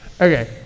Okay